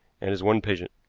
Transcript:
and his one patient.